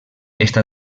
està